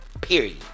Period